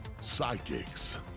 psychics